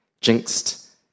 jinxed